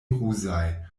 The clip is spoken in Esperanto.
ruzaj